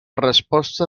resposta